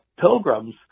pilgrims